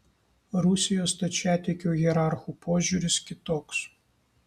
rusijos stačiatikių hierarchų požiūris kitoks